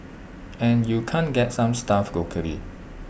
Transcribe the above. and you can't get some stuff locally